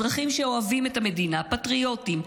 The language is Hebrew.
אזרחים שאוהבים את המדינה, פטריוטים.